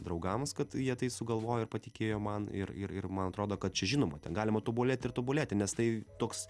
draugams kad jie tai sugalvojo ir patikėjo man ir ir ir man atrodo kad čia žinoma ten galima tobulėti ir tobulėti nes tai toks